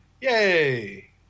yay